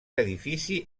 edifici